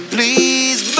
Please